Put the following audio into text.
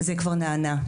זה כבר נענה.